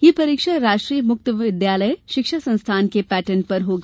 यह परीक्षा राष्ट्रीय मुक्त विद्यालय शिक्षा संस्थान के पेटर्न पर होगी